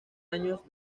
años